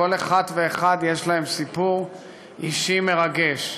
כל אחת ואחד, יש להם סיפור אישי מרגש.